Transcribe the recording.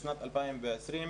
בשנת 2020,